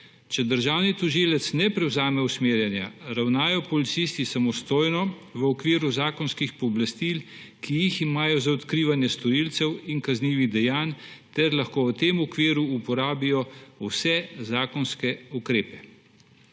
Če državni tožilec ne prevzame usmerjanja, ravnajo policisti samostojno v okviru zakonskih pooblastil, ki jih imajo za odkrivanje storilcev in kaznivih dejanj, ter lahko v tem okviru uporabijo vse zakonske ukrepe.